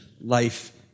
life